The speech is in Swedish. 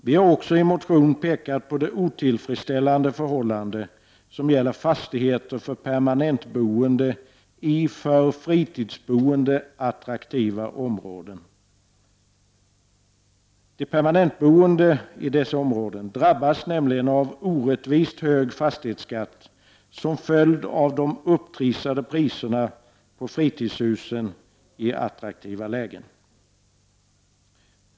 Vi har också i en motion pekat på det otillfredsställande förhållande som gäller fastigheter för permanentboende i för fritidsboende attraktiva områden. De permanentboende i dessa områden drabbas nämligen av orättvist hög fastighetsskatt som en följd av de upptrissade priserna på fritidshus i attraktiva lägen.